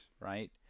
right